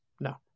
No